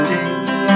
Day